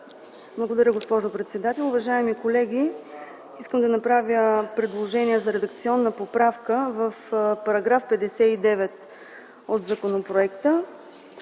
Благодаря, госпожо председател. Уважаеми колеги, искам да направя предложение за редакционна поправка в § 59 от законопроекта.